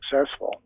successful